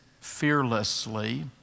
fearlessly